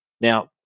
Now